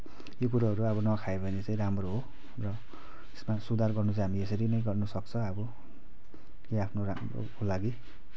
यो कुरोहरू अब नखायो भने चाहिँ राम्रो हो र यसमा सुधार गर्न चाहिँ हामी यसरी नै गर्न सक्छ अब त्यही आफ्नो राम्रोको लागि